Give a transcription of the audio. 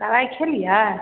दबाइ खेलियै